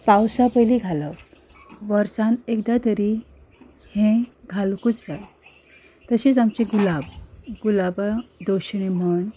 पावसा पयलीं घालप वर्सान एकदां तरी हें घालुंकूच जाय तशीच आमची गुलाब गुलाबां दशीण म्हण